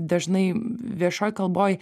dažnai viešoj kalboj